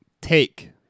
Take